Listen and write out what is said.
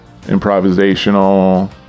improvisational